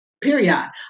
period